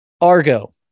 Argo